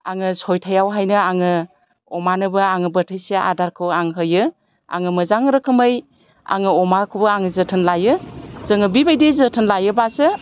आङो सयथायावहायनो आङो अमानोबो आङो बोथिसे आदारखौ आं होयो आङो मोजां रोखोमै आङो अमाखौबो आङो जोथोन लायो जोङो बिबायदि जोथोन लायोब्लासो